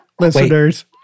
listeners